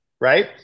right